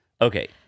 Okay